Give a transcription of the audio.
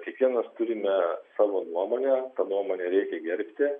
kiekvienas turime savo nuomonę tą nuomonę reikia gerbti